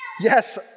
yes